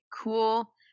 cool